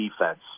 defense